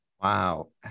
Wow